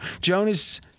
Jonas